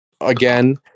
again